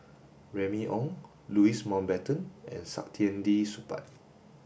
Remy Ong Louis Mountbatten and Saktiandi Supaat